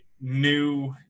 new